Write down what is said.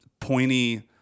pointy